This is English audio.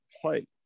play